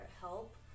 help